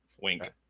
Wink